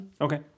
Okay